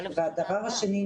והדבר השני,